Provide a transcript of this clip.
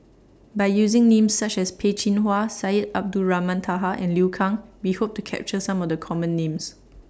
By using Names such as Peh Chin Hua Syed Abdulrahman Taha and Liu Kang We Hope to capture Some of The Common Names